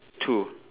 two